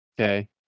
Okay